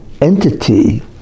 entity